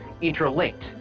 interlinked